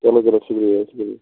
چَلو چَلو شُکریہ حظ شُکریہ